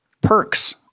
perks